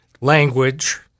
language